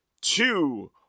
two